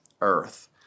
earth